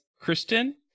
Kristen